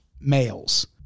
males